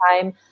time